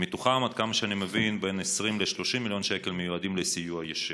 ומתוכם עד כמה שאני מבין בין 20 ל-30 מיליון שקל מיועדים לסיוע ישיר.